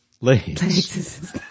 Legs